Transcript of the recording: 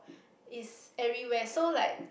is everywhere so like